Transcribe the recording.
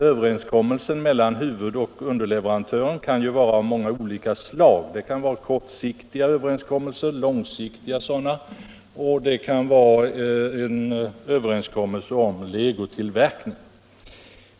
Överenskommelsen mellan huvudleverantör och underleverantör kan ju gälla samarbete av olika slag såsom kortsiktigt eller långsiktigt samarbete, legotillverkning etc.